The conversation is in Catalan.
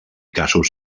casos